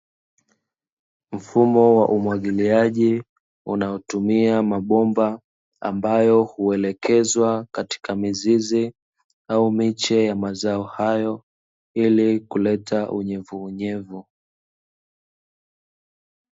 Mfumo wa umwagiliaji unaotumia mabomba, ambayo huelekezwa katika mizizi au miche ya mazao hayo ili kuleta unyevuunyevu.